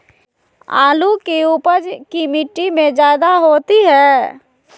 आलु की उपज की मिट्टी में जायदा होती है?